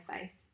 face